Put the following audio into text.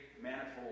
manifold